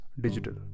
digital